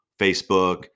Facebook